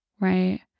right